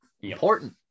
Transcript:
important